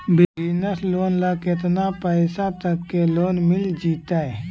Business loan ल केतना पैसा तक के लोन मिल जितै?